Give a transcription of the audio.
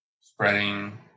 spreading